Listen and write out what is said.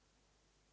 Hvala.